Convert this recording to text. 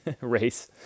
race